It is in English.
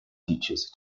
teachers